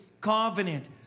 covenant